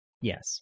Yes